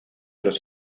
los